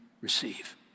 receive